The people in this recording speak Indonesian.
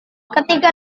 ketika